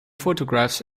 photographs